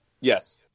yes